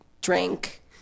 drink